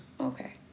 Okay